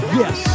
yes